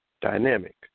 dynamic